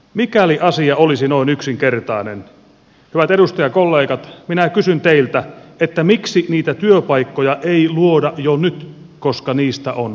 mikäli asia olisi noin yksinkertainen hyvät edustajakollegat minä kysyn teiltä miksi niitä työpaikkoja ei luoda jo nyt koska niistä on huutava pula